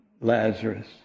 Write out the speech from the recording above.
Lazarus